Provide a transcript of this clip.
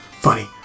Funny